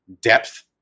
depth